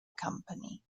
company